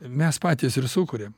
mes patys ir sukuriam